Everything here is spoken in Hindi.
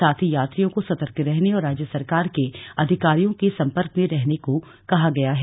साथ ही यात्रियों को सतर्क रहने और राज्य सरकार के अधिकारियों के संपर्क में रहने को कहा गया है